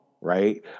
right